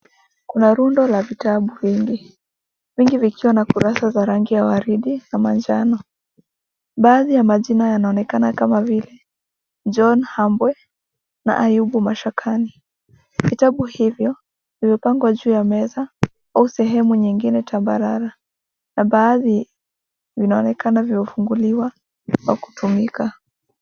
Kuna rundo la vitabu vingi vingi vikiwa na kurasa za waridi na manjano. Baadhi ya majina yanaonekana kama vile John Hambwe na Ayubu Mashakani. Vitabu hivyo vimepangwa juu ya meza au sehemu nyingine tambarara na baadhi vinaonekana vimefunguliwa kwa kutumika.